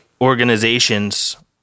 organizations